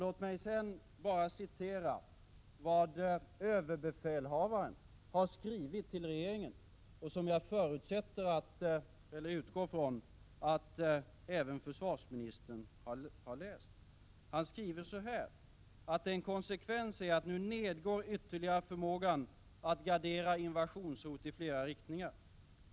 Låt mig sedan bara läsa upp vad överbefälhavaren har skrivit till regeringen och som jag utgår från att även försvarsministern har läst. ÖB skriver följande: En konsekvens är nu att förmågan nedgår ytterligare att gardera invasionshot i flera riktningar.